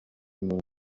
moon